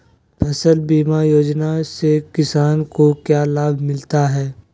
फसल बीमा योजना से किसान को क्या लाभ मिलता है?